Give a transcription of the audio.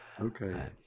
Okay